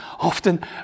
often